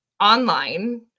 online